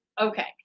Okay